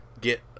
Get